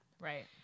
right